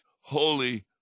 holy